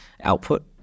output